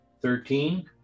thirteen